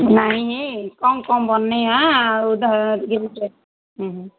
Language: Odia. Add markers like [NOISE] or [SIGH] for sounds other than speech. ନାଇଁ ଇଏ କ'ଣ କ'ଣ ବନେଇବା ଆଉ [UNINTELLIGIBLE] ହୁଁ